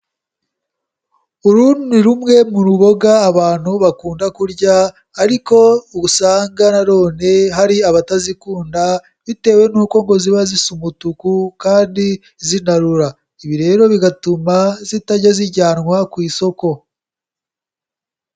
Uru ni rumwe mu ruboga abantu bakunda kurya ariko usanga na none hari abatazikunda bitewe n'uko ngo ziba zisa umutuku kandi zinarura. Ibi rero bigatuma zitajya zijyanwa ku isoko.